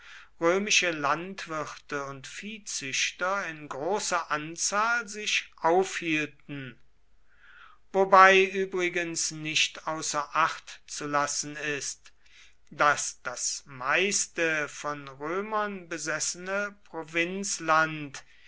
römische landwirte und viehzüchter in großer anzahl sich aufhielten wobei übrigens nicht außer acht zu lassen ist daß das meiste von römern besessene